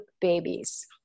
babies